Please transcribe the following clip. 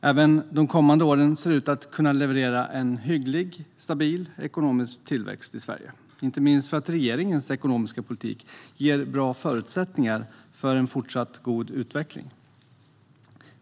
Även de kommande åren ser ut att kunna leverera en hygglig och stabil ekonomisk tillväxt i Sverige, inte minst för att regeringens ekonomiska politik ger bra förutsättningar för en fortsatt god utveckling.